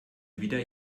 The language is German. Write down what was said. wieder